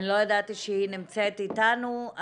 אני לא ידעתי שהיא נמצאת איתנו.